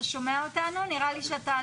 אריה.